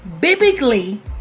biblically